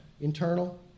internal